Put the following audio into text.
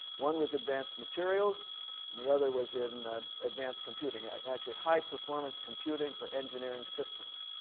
one was advanced materials and the other was in advanced computing. ah actually, high performance computing for engineering systems.